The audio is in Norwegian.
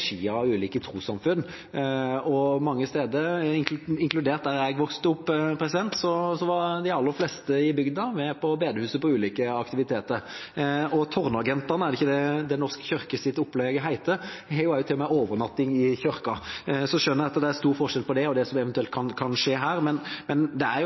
ulike trossamfunn. Mange steder, inkludert der jeg vokste opp, var de aller fleste i bygda med på ulike aktiviteter på bedehuset. Tårnagentene – det er vel det opplegget til Den norske kirke heter – har jo til og med overnatting i kirken. Jeg skjønner at det er stor forskjell på det og det som eventuelt kan skje her, men det er